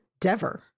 Dever